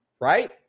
right